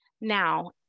Now